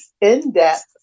in-depth